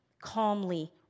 calmly